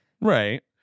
Right